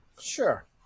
sure